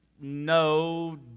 No